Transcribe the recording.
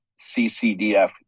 ccdf